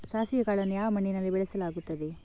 ಸಾಸಿವೆ ಕಾಳನ್ನು ಯಾವ ಮಣ್ಣಿನಲ್ಲಿ ಬೆಳೆಸಲಾಗುತ್ತದೆ?